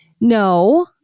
no